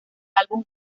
álbum